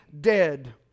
dead